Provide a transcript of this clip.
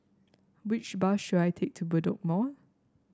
which bus should I take to Bedok Mall